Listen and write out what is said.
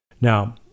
Now